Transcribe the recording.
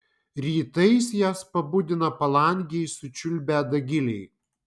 rytais jas pabudina palangėj sučiulbę dagiliai